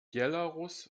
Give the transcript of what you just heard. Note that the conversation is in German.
belarus